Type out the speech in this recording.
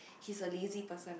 he's a lazy person ah